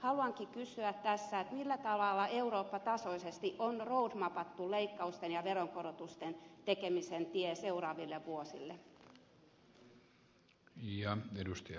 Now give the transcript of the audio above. haluankin kysyä tässä millä tavalla eurooppa tasoisesti on roadmapattu leikkausten ja veronkorotusten tekemisen tie seuraaville vuosille